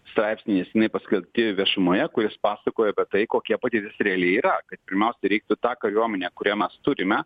straipsniai nesenai paskelbti viešumoje kur jis pasakoja apie tai kokia padėtis reali yra kad pirmiausia reiktų tą kariuomenę kurią mes turime